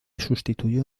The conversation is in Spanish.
sustituyó